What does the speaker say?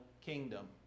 kingdom